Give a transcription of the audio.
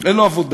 אין לו עבודה.